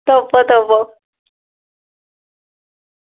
okay